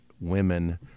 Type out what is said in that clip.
women